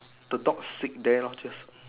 the dog sit there loh just